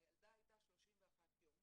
הילדה הייתה 31 יום,